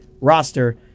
roster